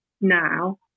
now